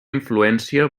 influència